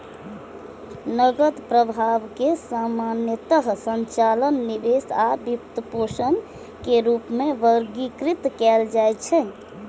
नकद प्रवाह कें सामान्यतः संचालन, निवेश आ वित्तपोषण के रूप मे वर्गीकृत कैल जाइ छै